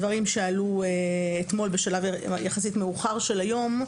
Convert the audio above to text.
דברים שעלו אתמול בשלב יחסית מאוחר של היום,